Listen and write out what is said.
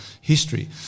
history